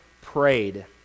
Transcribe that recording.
prayed